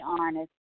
honest